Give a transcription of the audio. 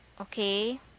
Okay